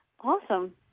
Awesome